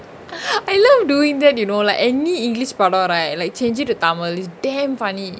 I love doing that you know lah any english படோ:pado right like change it to tamil is damn funny